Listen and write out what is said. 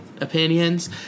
opinions